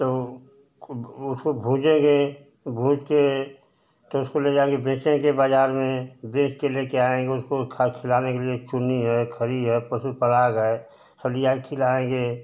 तो उसको भूँजेंगे भूँज के तो उसको ले जाकर बेचेंगे बजार में बेचकर लेकर आएँगे उसको खर खिलाने के लिए चुन्नी है खेड़ही है पशु पराग है दलिया खिलाएँगे